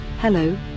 Hello